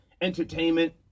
entertainment